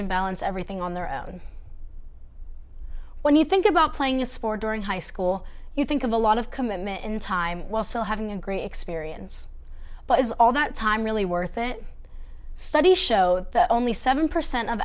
and balance everything on their own when you think about playing a sport during high school you think of a lot of commitment in time while still having a great experience but is all that time really worth it studies show that only seven percent of